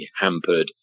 hampered